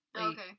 Okay